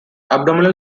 abdominal